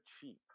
cheap